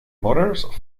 motors